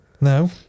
No